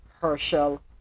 Herschel